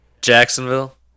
Jacksonville